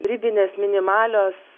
ribinės minimalios